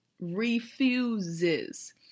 refuses